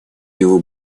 него